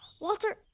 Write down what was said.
walter?